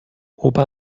opa